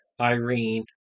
irene